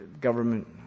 government